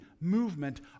movement